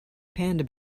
panda